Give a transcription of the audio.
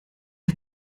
hat